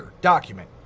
document